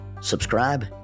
subscribe